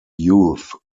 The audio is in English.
youth